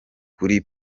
kuri